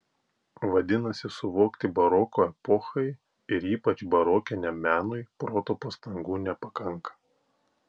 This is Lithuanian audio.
vadinasi suvokti baroko epochai ir ypač barokiniam menui proto pastangų nepakanka